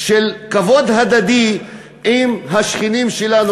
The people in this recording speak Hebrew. של כבוד הדדי עם השכנים שלנו,